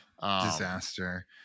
Disaster